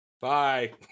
Bye